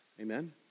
Amen